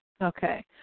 Okay